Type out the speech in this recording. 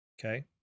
Okay